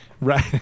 Right